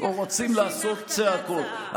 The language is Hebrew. או רוצים לעשות צעקות.